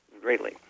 greatly